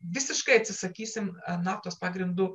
visiškai atsisakysim naftos pagrindu